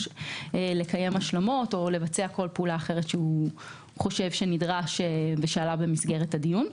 לקיים השלמות או לבצע כל פעולה אחרת שהוא חושב שנדרש במסגרת הדיון.